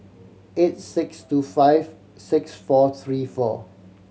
eight six two five six four three four